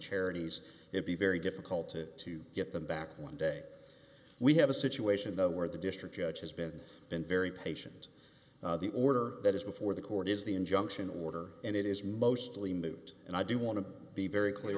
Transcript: charities it be very difficult to to get them back one day we have a situation though where the district judge has been been very patient the order that is before the court is the injunction order and it is mostly moot and i do want to be very clear